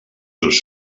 seus